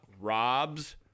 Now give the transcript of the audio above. Rob's